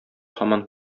һаман